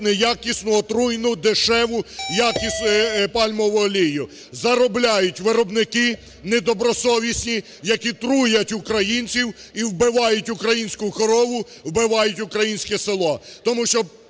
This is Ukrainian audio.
неякісну отруйну, дешеву пальмову олію. Заробляють виробники недобросовісні, які труять українців і вбивають українську корову, вбивають українське село.